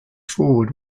forward